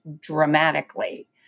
dramatically